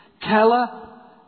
Keller